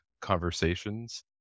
conversations